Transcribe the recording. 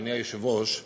אדוני היושב-ראש,